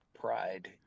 pride